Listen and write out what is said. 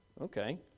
Okay